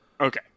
Okay